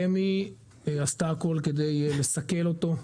רמ"י עשתה הכול כדי לסכל אותו.